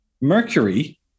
Mercury